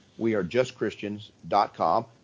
Wearejustchristians.com